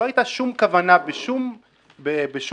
לא היתה שום כוונה בשום מצב,